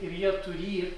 ir jie turį